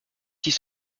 six